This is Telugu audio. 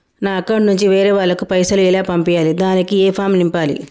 నా అకౌంట్ నుంచి వేరే వాళ్ళకు పైసలు ఎలా పంపియ్యాలి దానికి ఏ ఫామ్ నింపాలి?